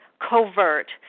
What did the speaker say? covert